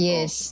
Yes